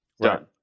Done